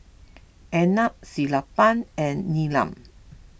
Arnab Sellapan and Neelam